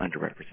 underrepresented